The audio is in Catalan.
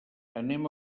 anem